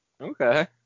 Okay